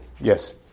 Yes